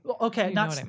okay